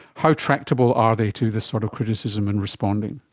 how tractable are they to this sort of criticism and responding?